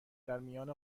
درمیان